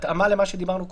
בהתאמה של מה שדיברנו קודם,